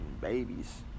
babies